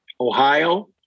Ohio